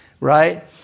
right